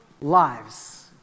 lives